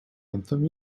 anthem